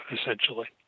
essentially